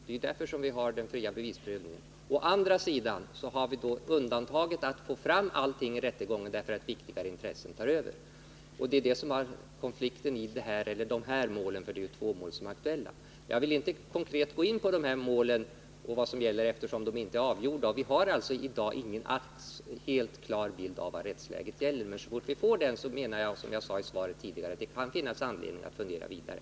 Det är därför vi har den fria bevisprövningen. Å andra sidan har vi undantaget: Man vill få fram allting i rättegången därför att viktigare intressen tar över. Det är det som är konflikten i dessa mål — det är två mål som är aktuella. Jag vill inte konkret gå in på de här målen och vad som gäller, eftersom de inte är avgjorda. Vi har alltså i dag ingen helt klar bild av rättegången, men så snart vi får den kan det, som jag sade i svaret, finnas anledning att fundera vidare.